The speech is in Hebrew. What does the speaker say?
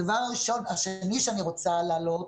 הדבר השני שאני רוצה להעלות